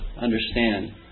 understand